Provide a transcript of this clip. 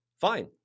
Fine